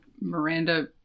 miranda